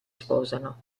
sposano